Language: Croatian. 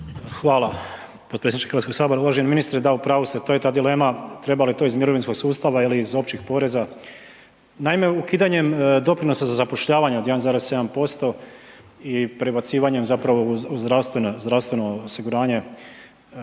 Hvala potpredsjedniče HS. Uvaženi ministre, da u pravu ste, to je ta dilema treba li to iz mirovinskog sustava ili iz općih poreza? Naime, ukidanjem doprinosa za zapošljavanja od 1,7% i prebacivanjem zapravo u zdravstveno,